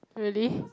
really